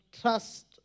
trust